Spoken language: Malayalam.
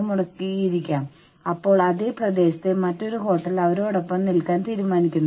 കൂടാതെ ഞാൻ എന്റെ ന്യായമായ വിഹിതം നേടാൻ പോകുന്നു